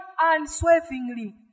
unswervingly